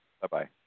Bye-bye